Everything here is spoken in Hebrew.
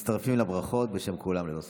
מצטרפים לברכות בשם כולם, ללא ספק.